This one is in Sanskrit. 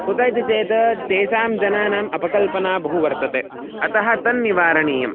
कुत इति चेत् तेषां जनानाम् अपकल्पना बहु वर्तते अतः तन्निवारणीयम्